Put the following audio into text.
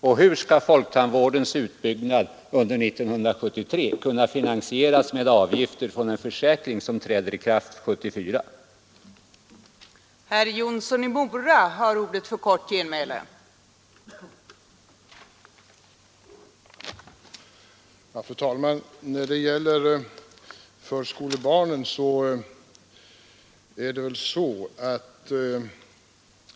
Och hur skall folktandvårdens utbyggnad under 1973 kunna finansieras med avgifter från en försäkring som träder i kraft 1974?